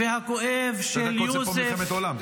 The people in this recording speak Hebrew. והכואב של יוסף -- שתי דקות פה זה מלחמת עולם,